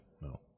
no